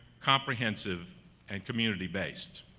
comprehensive and community based.